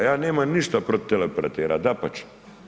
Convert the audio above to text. Ja nemam ništa protiv teleoperatera, dapače.